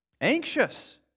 anxious